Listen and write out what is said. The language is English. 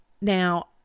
Now